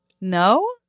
No